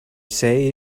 say